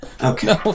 Okay